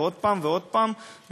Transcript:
ועוד פעם ועוד פעם.